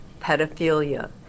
pedophilia